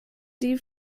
die